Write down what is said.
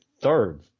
third